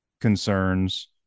concerns